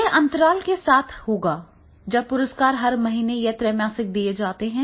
यह अंतराल के साथ होगा जब पुरस्कार हर महीने या त्रैमासिक दिए जाते हैं